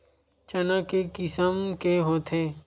चना के किसम के होथे?